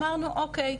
אמרנו אוקי,